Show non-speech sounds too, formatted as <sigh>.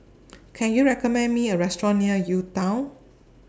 <noise> Can YOU recommend Me A Restaurant near UTown